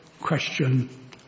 question